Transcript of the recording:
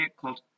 called